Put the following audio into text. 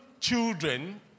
children